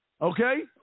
Okay